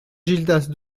gildas